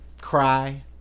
cry